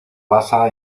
basa